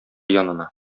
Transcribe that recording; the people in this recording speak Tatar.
янына